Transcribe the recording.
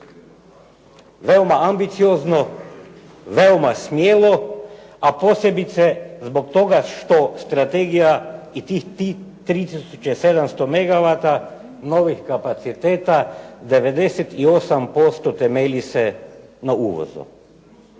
Veoma ambiciozno, veoma smjelo a posebice zbog toga što strategija i tih 3 tisuće 700 megavata novih kapaciteta 98% temelji se na uvozu,